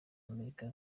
amerika